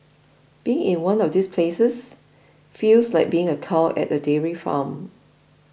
being in one of these places feels like being a cow at a dairy farm